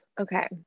Okay